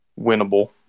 Winnable